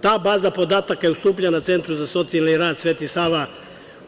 Ta baza podataka je ustupljena Centru za socijalni rad „Sveti Sava“